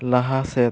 ᱞᱟᱦᱟ ᱥᱮᱫ